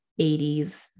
80s